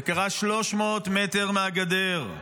זה קרה 300 מטר מהגדר.